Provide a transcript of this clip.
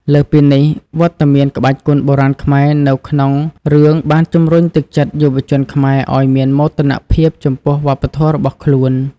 លើសពីនេះ វត្តមានក្បាច់គុនបុរាណខ្មែរនៅក្នុងរឿងបានជំរុញទឹកចិត្តយុវជនខ្មែរឲ្យមានមោទនភាពចំពោះវប្បធម៌របស់ខ្លួន។